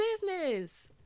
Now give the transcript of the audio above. business